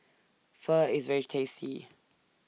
Pho IS very tasty